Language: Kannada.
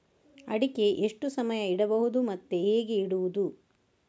ಅಡಿಕೆ ಎಷ್ಟು ಸಮಯ ಇಡಬಹುದು ಮತ್ತೆ ಹೇಗೆ ಇಡುವುದು?